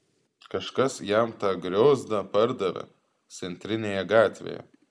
kažkas jam tą griozdą pardavė centrinėje gatvėje